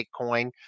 Bitcoin